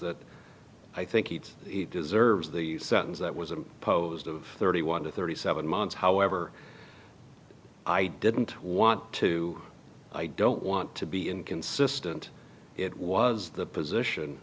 that i think he deserves the sentence that was imposed of thirty one to thirty seven months however i didn't want to i don't want to be inconsistent it was the position